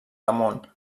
damunt